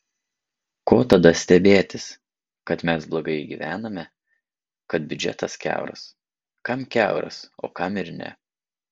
ko tada stebėtis kad mes blogai gyvename kad biudžetas kiauras kam kiauras o kam ir ne